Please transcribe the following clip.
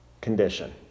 condition